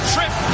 Trip